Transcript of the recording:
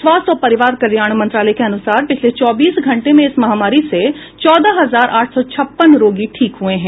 स्वास्थ्य और परिवार कल्याण मंत्रालय के अनुसार पिछले चौबीस घंटे में इस महामारी से चौदह हजार आठ सौ छप्पन रोगी ठीक हुए हैं